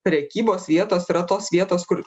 prekybos vietos yra tos vietos kur